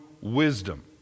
wisdom